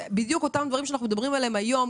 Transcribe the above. אותם דברים שאנחנו מדברים עליהם היום,